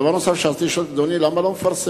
דבר נוסף שרציתי לשאול את אדוני: למה לא מפרסמים